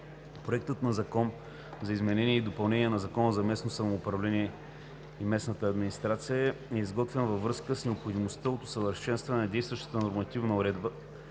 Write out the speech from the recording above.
Проектът на Закон за изменение и допълнение на Закона за местното самоуправление и местната администрация е изготвен във връзка с необходимостта от усъвършенстване на действащата нормативна уредба,